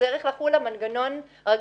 יצטרך לחול המנגנון הרגיל,